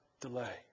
delay